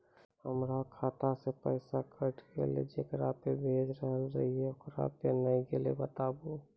हमर खाता से पैसा कैट गेल जेकरा पे भेज रहल रहियै ओकरा पे नैय गेलै बताबू?